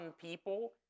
people